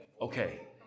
Okay